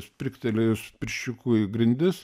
sprigtelėjus pirščiuku į grindis